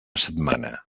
setmana